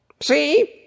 See